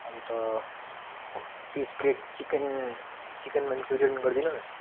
अन्त तिस plate chicken chicken Manchurian गरिदिनुहोस्